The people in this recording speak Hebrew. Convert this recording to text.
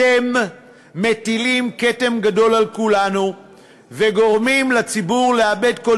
אתם מטילים כתם גדול על כולנו וגורמים לציבור לאבד כל